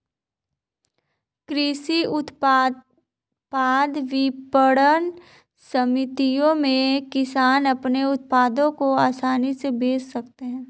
कृषि उत्पाद विपणन समितियों में किसान अपने उत्पादों को आसानी से बेच सकते हैं